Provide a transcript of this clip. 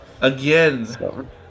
again